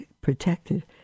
protected